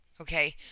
Okay